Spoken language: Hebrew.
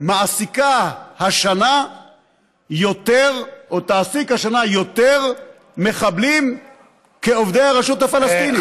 תעסיק השנה יותר מחבלים כעובדי הרשות הפלסטינית.